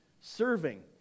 serving